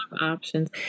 options